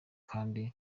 kandi